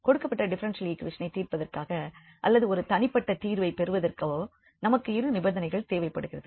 கொடுக்கப்பட்ட டிஃபரென்ஷியல் ஈக்வேஷனைத் தீர்ப்பதற்காக அல்லது ஒரு தனிப்பட்ட தீர்வைப் பெறுவதற்கோ நமக்கு இரு நிபந்தனைகள் தேவை படுகிறது